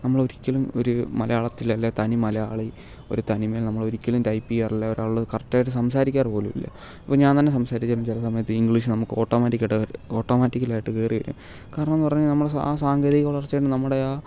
നമ്മൾ ഒരിക്കലും ഒരു മലയാളത്തിലല്ല തനി മലയാളി ഒരു തനിമയിൽ നമ്മൾ ഒരിക്കലും ടൈപ്പ് ചെയ്യാറില്ല ഒരാൾ കറക്റ്റായിട്ട് സംസാരിക്കാറു പോലുമില്ല ഇപ്പം ഞാൻ തന്നെ സംസാരിച്ചാൽ ചില സമയത്ത് ഇംഗ്ലീഷ് നമുക്ക് ഓട്ടോമാറ്റിക്കായിട്ട് ഓട്ടോമാറ്റിക്കലായിട്ട് കയറി വരും കാരണമെന്ന് പറഞ്ഞാൽ നമ്മുടെ ആ സാങ്കേതിക വളർച്ചയിൽ നമ്മുടെ ആ